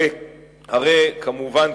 הרי כמובן,